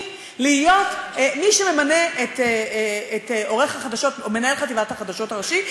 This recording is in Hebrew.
להיות מי שממנה את עורך החדשות או מנהל חטיבת החדשות הראשי,